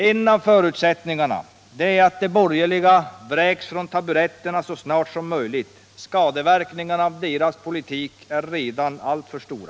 En av förutsättningarna är att de borgerliga vräks från taburetterna så snart som möjligt. Skadeverkningarna av deras politik är redan alltför stora.